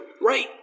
right